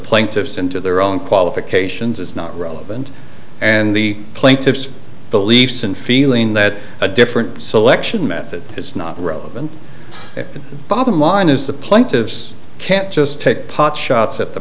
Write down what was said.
plaintiffs into their own qualifications is not relevant and the plaintiffs beliefs and feeling that a different selection method is not relevant to bottom line is the plaintiffs can't just take pot shots at the